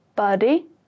Body